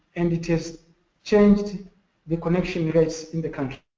and it has changed the connection rates in the country.